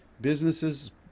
businesses